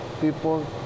people